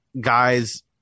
guys